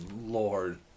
lord